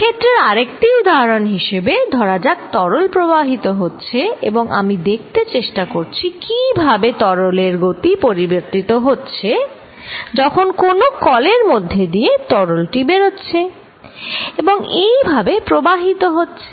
ক্ষেত্রের আরেকটি উদাহরণ হিসেবে ধরা যাক তরল প্রবাহিত হচ্ছে এবং আমি দেখতে চেষ্টা করছি কিভাবে তরলের গতি পরিবর্তিত হচ্ছে যখন কোন কলের মধ্যে দিয়ে তরলটি বেরোচ্ছে এবং এই ভাবে প্রবাহিত হচ্ছে